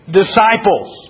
disciples